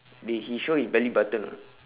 they he show his belly button or not